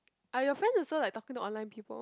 are your friends also like talking to online people